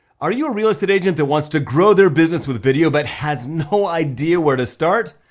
are you a real estate agent that wants to grow their business with video, but has no idea where to start?